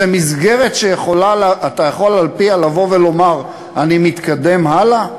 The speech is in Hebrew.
זאת מסגרת שאתה יכול על-פיה לומר: אני מתקדם הלאה?